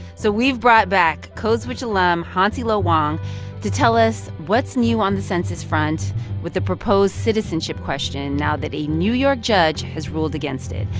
so we've brought back code switch alum hansi lo wang to tell us what's new on the census front with the proposed citizenship question now that a new york judge has ruled against it.